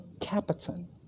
Capitan